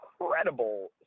incredible